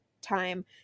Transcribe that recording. time